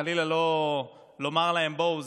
חלילה לא לומר להם: בואו,